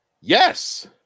Yes